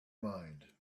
mind